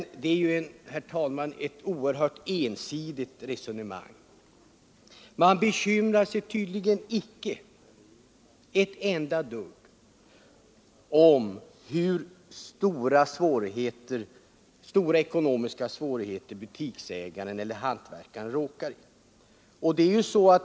Detta är emellertid, herr talman, ett ensidigt resonemang. Man bekymrar sig tydligen icke ett enda dugg om vilka ekonomiska svårigheter butiksägaren eller hantverkaren råkar i.